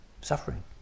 suffering